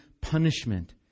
punishment